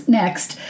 next